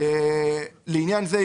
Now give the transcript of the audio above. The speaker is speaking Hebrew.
לעניין זה,